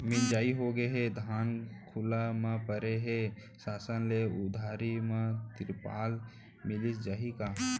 मिंजाई होगे हे, धान खुला म परे हे, शासन ले उधारी म तिरपाल मिलिस जाही का?